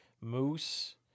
Moose